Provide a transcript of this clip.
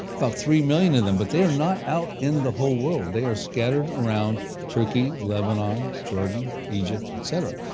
about three million of them. but, they are not out in the whole world, they are scattered around turkey, lebanon, jordan, egypt, etc.